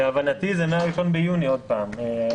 להבנתי, זה מה-1 ביוני, עוד פעם.